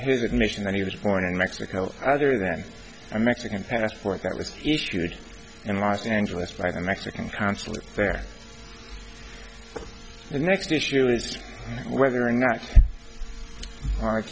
his admission that he was born in mexico other than a mexican passport that was issued in los angeles by the mexican consulate there the next issue is whether or not